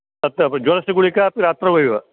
तत् ज्वरस्य गुलिका अपि रात्रौ एव